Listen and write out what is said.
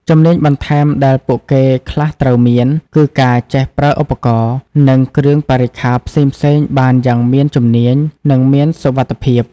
ជំនាញបន្ថែមដែលពួកគេខ្លះត្រូវមាន គឺការចេះប្រើឧបករណ៍ និងគ្រឿងបរិក្ខារផ្សេងៗបានយ៉ាងមានជំនាញ និងមានសុវត្តិភាព។